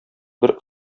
бер